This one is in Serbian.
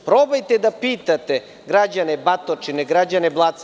Probajte da pitate građane Batočine, građane Blaca.